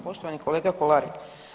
Poštovani kolega Kolarek.